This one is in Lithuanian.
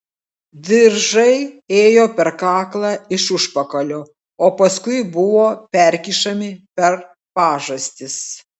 diržai ėjo per kaklą iš užpakalio o paskui buvo perkišami per pažastis